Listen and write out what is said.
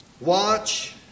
Watch